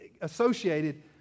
associated